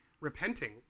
repenting